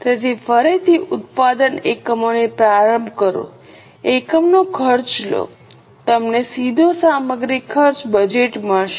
તેથી ફરીથી ઉત્પાદન એકમોથી પ્રારંભ કરો એકમનો ખર્ચ લો તમને સીધો સામગ્રી ખર્ચ બજેટ મળશે